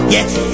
Yes